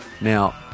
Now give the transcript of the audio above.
Now